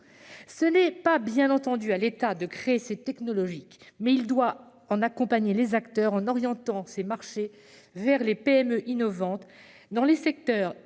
Ce n'est bien entendu pas à l'État de créer de telles technologies, mais il doit en accompagner les acteurs en orientant ses marchés vers les PME innovantes dans les secteurs